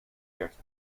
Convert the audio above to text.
dertig